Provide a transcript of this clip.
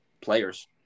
players